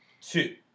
two